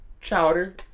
chowder